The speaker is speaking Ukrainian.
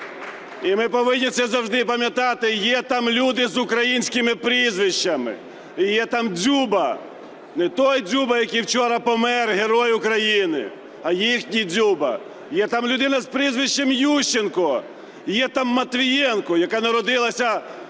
і ми повинні це завжди пам'ятати. Є там люди з українськими прізвищами, і є там Дзюба. Не той Дзюба, який вчора помер, Герой України, а їхній Дзюба. Є там людина з прізвищем Ющенко, є там Матвієнко, яка народилася